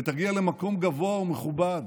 ותגיע למקום גבוה ומכובד,